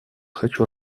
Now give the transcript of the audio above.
хочу